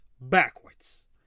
backwards